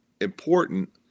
important